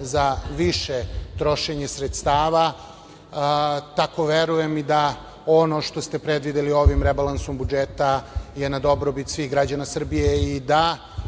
za više trošenje sredstava. Tako verujem i da ono što ste predvideli ovim rebalansom budžeta je na dobrobit svih građana Srbije i da